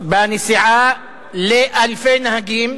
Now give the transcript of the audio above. בנסיעה לאלפי נהגים,